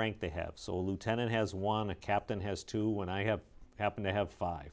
rank they have so lieutenant has one a captain has to when i have happen to have five